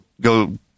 go